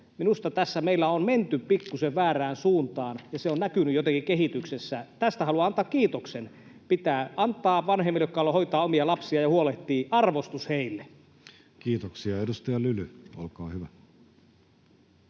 Minusta tässä meillä on menty pikkusen väärään suuntaan, ja se on näkynyt jotenkin kehityksessä. Tästä haluan antaa kiitoksen: [Juho Eerola: Kiitos, se on asiaa!] vanhemmille, jotka haluavat hoitaa omia lapsiaan ja huolehtia, pitää antaa arvostusta. Kiitoksia. — Edustaja Lyly, olkaa hyvä.